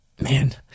man